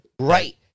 Right